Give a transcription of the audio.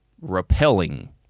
repelling